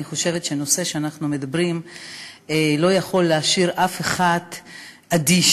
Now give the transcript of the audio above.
אני חושבת שהנושא שאנחנו מדברים עליו לא יכול להשאיר אף אחד אדיש.